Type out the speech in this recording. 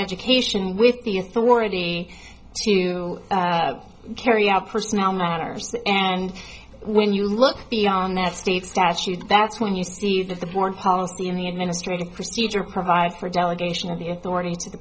education with the authority to carry out personnel matters and when you look beyond the state statute that's when you see that the board policy in the administrative procedure provides for delegation of the authority to